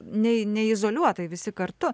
nei ne izoliuotai visi kartu